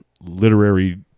literary